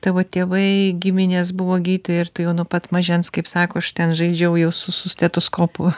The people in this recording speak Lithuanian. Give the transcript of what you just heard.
tavo tėvai giminės buvo gydtojai ir tu jau nuo pat mažens kaip sako aš ten žaidžiau jau su su stetoskopu